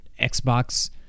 Xbox